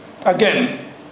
Again